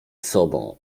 sobą